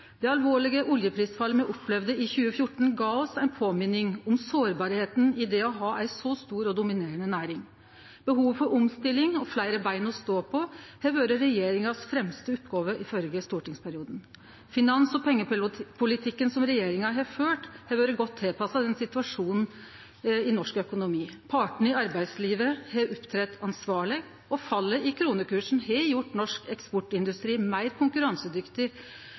Det alvorlege oljeprisfallet me opplevde i 2014, gav oss ei påminning om sårbarheita i det å ha ei så stor og dominerande næring. Behovet for omstilling og fleire bein å stå på har vore regjeringa si fremste oppgåve i førre stortingsperiode. Finans- og pengepolitikken som regjeringa har ført, har vore godt tilpassa situasjonen i norsk økonomi. Partane i arbeidslivet har opptredd ansvarleg, og fallet i kronekursen har gjort norsk eksportindustri meir konkurransedyktig